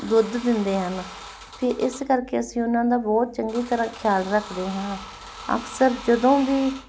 ਦੁੱਧ ਦਿੰਦੇ ਹਨ ਫਿਰ ਇਸ ਕਰਕੇ ਅਸੀਂ ਉਹਨਾਂ ਦਾ ਬਹੁਤ ਚੰਗੀ ਤਰ੍ਹਾਂ ਖਿਆਲ ਰੱਖਦੇ ਹਾਂ ਅਕਸਰ ਜਦੋਂ ਵੀ